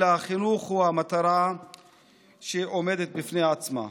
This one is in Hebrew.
חינוך הוא מטרה שעומדת בפני עצמה.